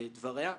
דבריה.